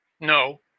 No